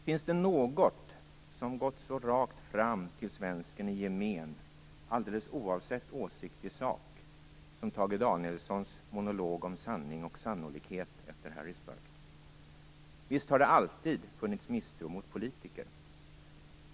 Finns det något som gått så rakt fram till svensken i gemen - alldeles oavsett åsikt i sak - som Tage Danielssons monolog om sanning och sannolikhet efter Harrisburg? Visst har det alltid funnits misstro mot politiker.